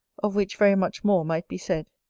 of which very much more might be said.